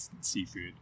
seafood